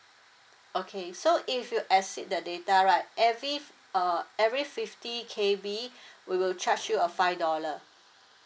okay so if you exceed the data right every uh every fifty K_B we will charge you a five dollar